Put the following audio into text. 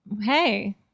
Hey